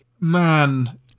man